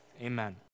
Amen